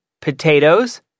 potatoes